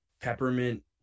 peppermint